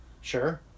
sure